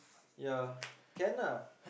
ya can ah